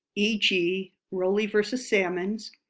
e g. roley versus sammons,